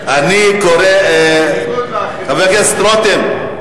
חבר הכנסת רותם,